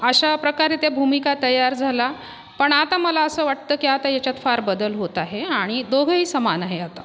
अशाप्रकारे त्या भूमिका तयार झाल्या पण आता मला असं वाटतं की आता याच्यात फार बदल होत आहेत आणि दोघंही समान आहेत आता